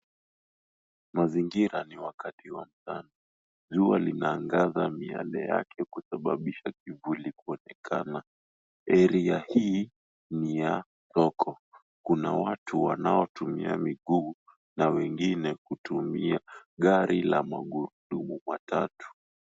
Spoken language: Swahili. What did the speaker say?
Mazingira ni wakati wa mchana. Jua linaangaza miale yake kusababisha kivuli kuonekana. Area hii ni ya soko. Kuna watu wanaotumia miguu na wengine kutumia gari la magurudumu matatu.